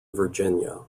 virginia